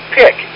pick